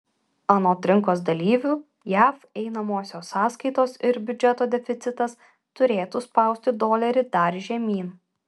anot rinkos dalyvių jav einamosios sąskaitos ir biudžeto deficitas turėtų spausti dolerį dar žemyn